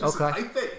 Okay